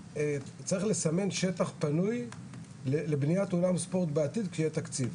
ולסמן שטח פנוי לבניית אולם ספורט בעתיד כשיהיה תקציב.